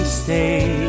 stay